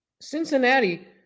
Cincinnati